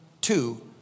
two